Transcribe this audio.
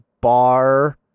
bar